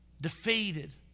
defeated